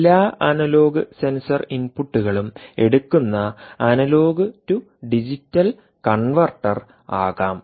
എല്ലാ analogue sensor ഇൻപുട്ടുകളും എടുക്കുന്ന അനലോഗ് ടു ഡിജിറ്റൽ കൺവെർട്ടർ ആകാം